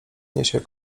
niesie